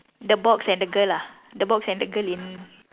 the box and the girl lah the box and the girl in